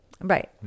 Right